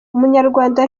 umunyarwanda